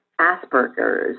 Asperger's